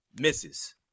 misses